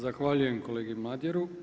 Zahvaljujem kolegi Madjeru.